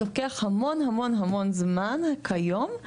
לוקח המון המון זמן כיום,